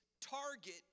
target